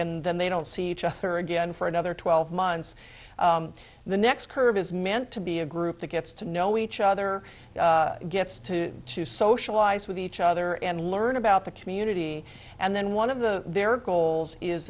and then they don't see each other again for another twelve months the next curve is meant to be a group that gets to know each other gets to to socialize with each other and learn about the community and then one of the their goals is